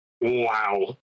Wow